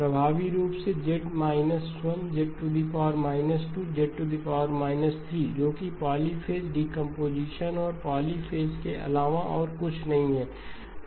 प्रभावी रूप से z 1z 2 z 3 जो कि पॉलीफ़ेज़ डीकंपोजीशन और पॉलीपेज़ के अलावा और कुछ नहीं है